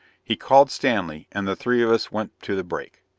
he called stanley and the three of us went to the break.